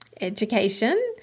education